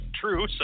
true